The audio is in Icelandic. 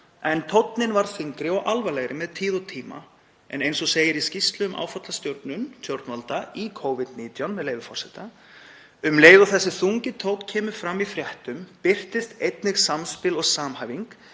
en tónninn varð þyngri og alvarlegri með tíð og tíma. Eins og segir í skýrslu nefndar um áfallastjórnun stjórnvalda í Covid-19, með leyfi forseta: „Um leið og þessi þungi tónn kemur fram í fréttum birtist einnig samspil og samhæfing,